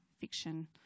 fiction